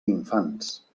infants